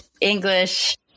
English